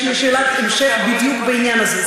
יש לי שאלת המשך בדיוק בעניין הזה.